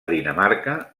dinamarca